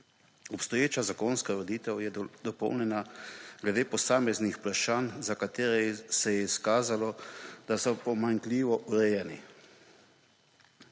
Obstoječa zakonska ureditev je dopolnjena glede posameznih vprašanj, za katera se je izkazalo, da so pomanjkljivo urejena.